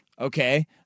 Okay